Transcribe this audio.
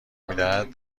میدهد